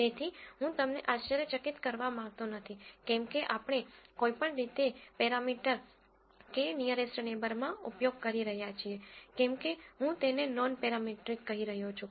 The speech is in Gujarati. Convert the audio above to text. તેથી હું તમને આશ્ચર્યચકિત કરવા માંગતો નથી કેમ કે આપણે કોઈપણ રીતે પેરામીટર k નીઅરેસ્ટ નેબરમાં ઉપયોગ કરી રહ્યાં છીએ કેમ કે હું તેને નોનપેરામેટ્રિક કહી રહ્યો છું